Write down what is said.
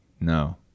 No